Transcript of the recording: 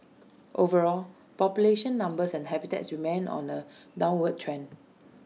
overall population numbers and habitats remain on A downward trend